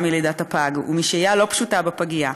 מלידת הפג ומשהייה לא פשוטה בפגייה.